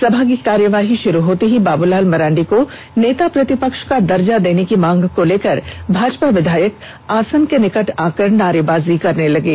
सभा की कार्यवाही शुरू होते ही बाबूलाल मरांडी को नेता प्रतिपक्ष का दर्जा देने की मांग को लेकर भाजपा विधायक आसन के निकट आकर नारेबाजी करने लगे